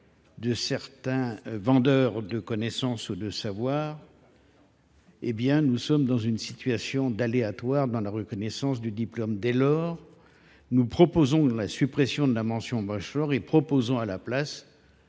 de certains vendeurs de connaissances ou de savoirs, nous sommes dans une situation d’incertitude dans la reconnaissance du diplôme. Dès lors, nous proposons la suppression de la mention bachelor et, à la place,